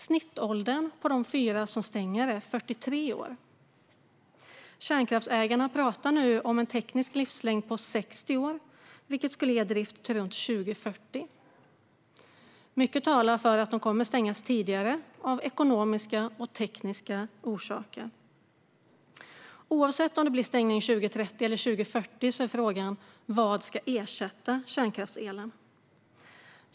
Snittåldern på de fyra som stänger är 43 år. Kärnkraftsägarna pratar nu om en teknisk livslängd på 60 år, vilket skulle ge drift till runt 2040. Mycket talar dock för att de kommer att stängas tidigare av ekonomiska och tekniska orsaker. Oavsett om det blir stängning 2030 eller 2040 är frågan vad som ska ersätta kärnkraftselen.